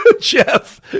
Jeff